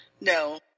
No